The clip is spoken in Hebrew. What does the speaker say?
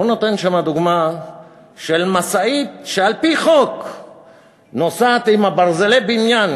הוא נותן שם דוגמה של משאית שנוסעת עם ברזלי בניין,